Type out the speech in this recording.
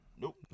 Nope